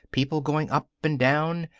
people going up and down.